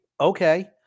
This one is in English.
Okay